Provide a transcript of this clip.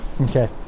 Okay